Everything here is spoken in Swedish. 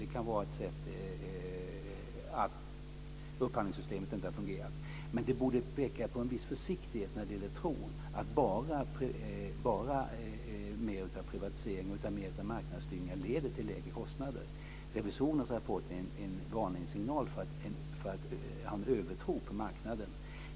Det kan vara en följd av att upphandlingssystemet inte har fungerat. Men det borde väcka en viss försiktighet när det gäller tron att bara mer av privatisering och marknadsstyrning leder till lägre kostnader. Revisorernas rapport är en varningssignal för att ha en övertro på marknaden.